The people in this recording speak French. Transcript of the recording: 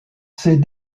ses